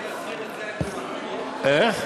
לא,